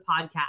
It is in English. podcast